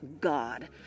God